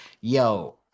Yo